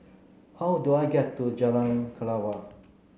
how do I get to Jalan Kelawar